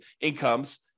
incomes